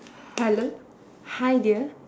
hello hi dear